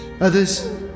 Others